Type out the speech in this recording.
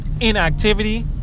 inactivity